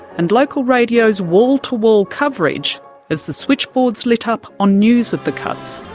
and local radio's wall-to-wall coverage as the switchboards lit up on news of the cuts.